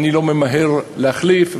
אני לא ממהר להחליף,